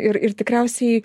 ir ir tikriausiai